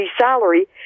salary